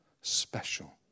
special